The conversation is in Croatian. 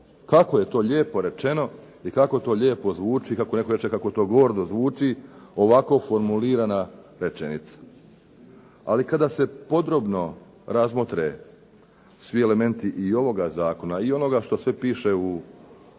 Kako je to lijepo rečeno i kako to lijepo zvuči. Kako netko reče kako to gordo zvuči, ovako formulirana rečenica. Ali kada se podrobno razmotre svi elementi ovoga zakona i onoga što se piše u trećem